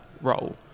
role